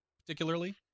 particularly